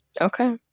Okay